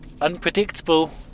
unpredictable